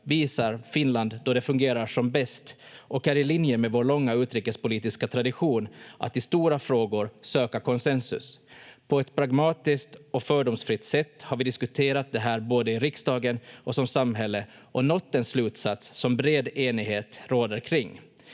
visar Finland då det fungerar som bäst och är i linje med vår långa utrikespolitiska tradition att i stora frågor söka konsensus. På ett pragmatiskt och fördomsfritt sätt har vi diskuterat det här både i riksdagen och som samhälle och nått en slutsats som det råder bred